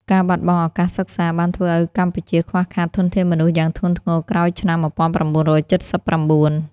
ការបាត់បង់ឱកាសសិក្សាបានធ្វើឱ្យកម្ពុជាខ្វះខាតធនធានមនុស្សយ៉ាងធ្ងន់ធ្ងរក្រោយឆ្នាំ ១៩៧៩។